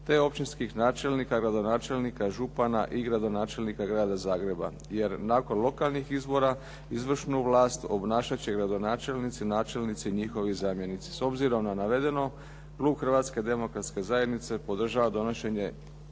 te općinskim načelnika i gradonačelnika, župana i gradonačelnika Grada Zagreba jer nakon lokalnih izbora izvršnu vlast obnašati će gradonačelnici, načelnici i njihovi zamjenici. S obzirom na navedeno, klub Hrvatske demokratske zajednice podržava donošenje